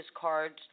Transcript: cards